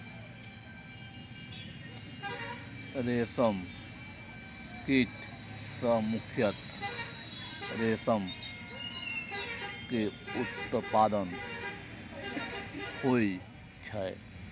रेशम कीट सं मुख्यतः रेशम के उत्पादन होइ छै